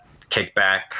kickback